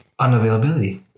Unavailability